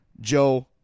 Joe